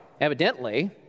evidently